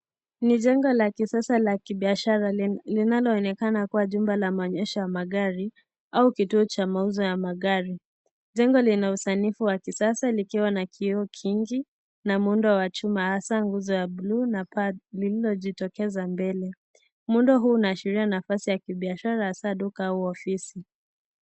Ni jengo la kisasa la kibiashara linaloonekana kuwa ni chumba cha maonyesho ya magari au kituo cha mauzo ya magari. Jengo lenye usanifu wa kisasa likiwa na kioo kingi na muundo wa chuma hasa za bluu na paa lililolitokeza mbele. Muundo huo unaashiria nafasi ya kibiashara hasa duka au ofisi.